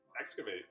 Excavate